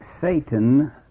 Satan